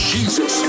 Jesus